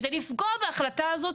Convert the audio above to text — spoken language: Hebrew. כדי לפגוע בהחלטה הזאת,